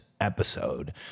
episode